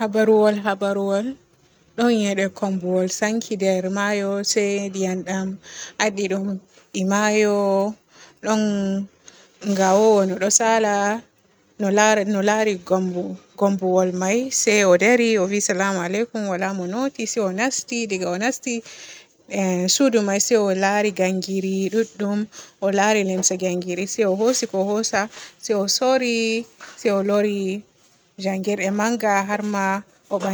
Habaruwol habaruwol ɗon yende kumbowol sanki nder maayo se ndiyam dam adi ɗum e maayo. ɗon ngawo ɗo ɗo saala no laari no laari kumbowol may se o dari o vi salamu alaikum waala mo nooti se o nasti. Diga o nasti suudu may se o laari gangiri ɗodɗum, o laari limse gangiri se o hoosi ko hoosa se o suuri, se o loori njanngirde manga har ma o baan.